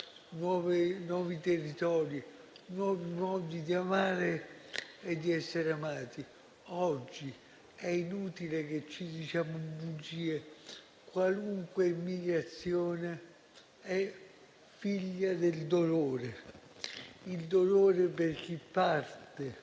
nuovi territori, nuovi modi di amare e di essere amati. Oggi è inutile che ci diciamo bugie: qualunque migrazione è figlia del dolore, il dolore per chi parte,